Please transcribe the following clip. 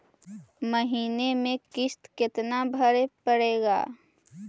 महीने में किस्त कितना भरें पड़ेगा?